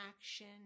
action